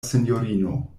sinjorino